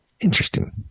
Interesting